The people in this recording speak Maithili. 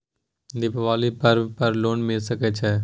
दीपावली पर्व पर लोन मिल सके छै?